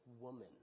woman